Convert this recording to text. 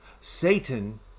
Satan